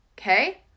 okay